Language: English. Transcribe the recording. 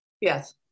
Yes